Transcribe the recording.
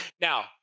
Now